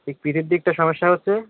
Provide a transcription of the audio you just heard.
এই পিঠের দিকটা সমস্যা হচ্ছে